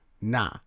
Nah